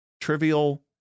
trivial